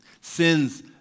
sins